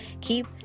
Keep